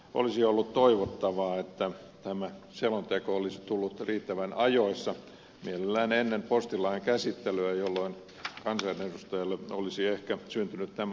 olisi ollut toivottavaa että tämä selonteko olisi tullut riittävän ajoissa mielellään ennen postilain käsittelyä jolloin kansanedustajille olisi ehkä syntynyt tämä ajatuskuvio